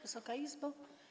Wysoka Izbo!